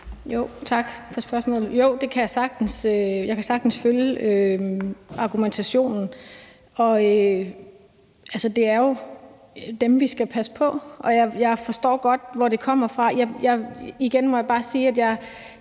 Tak for spørgsmålet. Jo, jeg kan sagtens følge argumentationen. Det er jo dem, vi skal passe på. Jeg forstår godt, hvor det kommer fra. Igen må jeg bare sige, at jeg